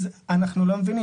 האם אנחנו מודים